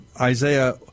Isaiah